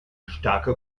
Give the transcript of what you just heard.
starke